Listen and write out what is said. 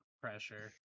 pressure